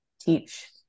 teach